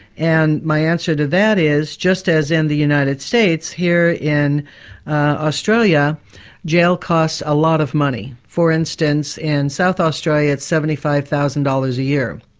and my answer to that is, just as in the united states, here in australia jail costs a lot of money. for instance, in south australia, it's seventy five thousand dollars a year.